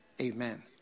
Amen